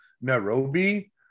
Nairobi